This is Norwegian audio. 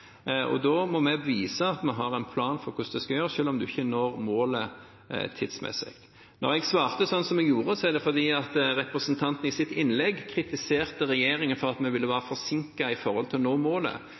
der. Da må vi vise at vi har en plan for hvordan det skal gjøres, selv om man ikke når målet tidsmessig. Da jeg svarte som jeg gjorde, var det fordi representanten i sitt innlegg kritiserte regjeringen for at vi ville